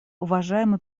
уважаемый